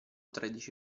tredici